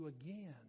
again